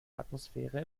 atmosphäre